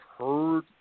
heard